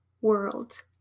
world